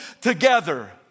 together